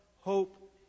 hope